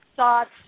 thoughts